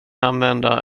använda